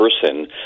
person